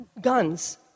guns